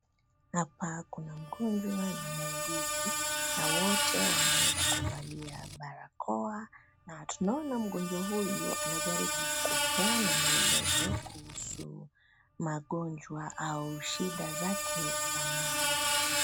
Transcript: Hapa kuna mgonjwa na muunguzi na wote wameweza kuvalia barakoa na tunaona mgonjwa huyu anajaribu kupeana maelezo kuhusu magonjwa au shida zake za mwili.